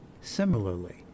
Similarly